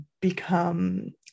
become